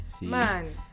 Man